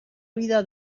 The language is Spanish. vida